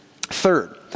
Third